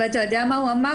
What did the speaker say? אתה יודע מה הוא אמר?